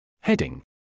Heading